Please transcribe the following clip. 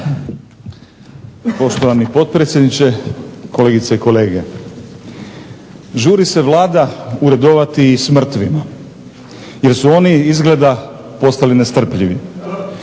Poštovani potpredsjedniče, kolegice i kolege. Žuri se Vlada uredovati i s mrtvima jer su oni izgleda postali nestrpljivi.